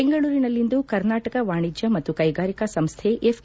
ಬೆಂಗಳೂರಿನಲ್ಲಿಂದು ಕರ್ನಾಟಕ ವಾಣಿಜ್ಯ ಮತ್ತು ಕೈಗಾರಿಕಾ ಸಂಸ್ಥೆ ಎಫ್